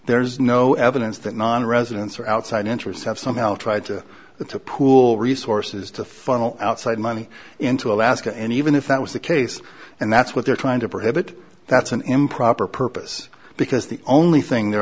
there's no evidence that nonresidents or outside interests have somehow tried to the to pool resources to funnel outside money into alaska and even if that was the case and that's what they're trying to prohibit that's an improper purpose because the only thing they're